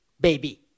baby